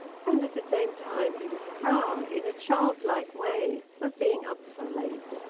and at the same time he was proud, in a childlike way, of being up so late.